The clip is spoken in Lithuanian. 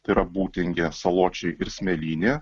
tai yra būtingė saločiai ir smėlynė